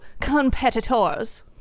competitors